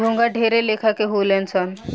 घोंघा ढेरे लेखा के होले सन